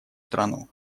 страну